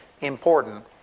important